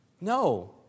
No